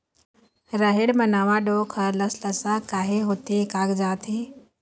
रहेड़ म नावा डोंक हर लसलसा काहे होथे कागजात हे?